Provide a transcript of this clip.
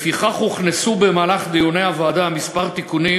לפיכך הוכנסו במהלך דיוני הוועדה כמה תיקונים